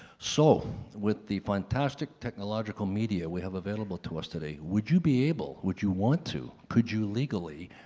so with the fantastic technological media we have available to us today, would you be able, would you want to, could you legally,